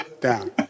down